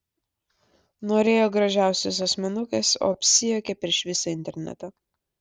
norėjo gražiausios asmenukės o apsijuokė prieš visą internetą